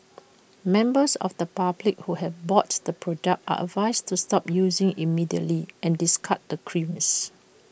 members of the public who have bought the product are advised to stop using IT immediately and discard the creams